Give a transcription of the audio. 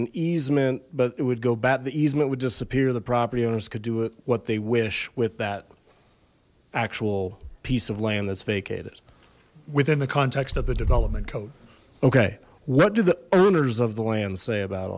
an easement but it would go back the easement would disappear the property owners could do it what they wish with that actual piece of land that's vacated within the context of the development code okay what do the owners of the land say about